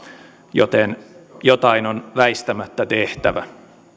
joten jotain on väistämättä tehtävä